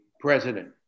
president